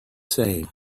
same